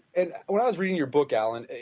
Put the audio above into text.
and while i was reading your book, allan,